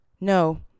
No